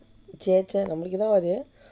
சே சே நமக்கு தான்:che che namakku thaan